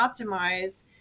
optimize